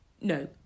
No